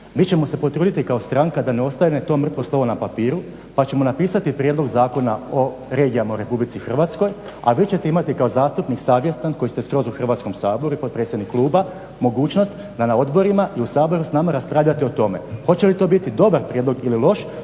Mi ćemo se potruditi kao stranka da ne ostane to mrtvo slovo na papiru pa ćemo napisati prijedlog zakona o regijama u Republici Hrvatskoj, a vi ćete imati kao zastupnik savjestan koji ste skroz u Hrvatskom saboru i potpredsjednik kluba mogućnost da na odborima i u Saboru s nama raspravljate o tome. Hoće li to biti dobar prijedlog ili loš,